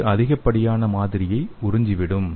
இது அதிகப்படியான மாதிரியை உறிஞ்சிவிடும்